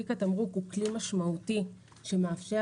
תיק התמרוק הוא כלי משמעותי שמאפשר